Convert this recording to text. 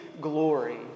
glory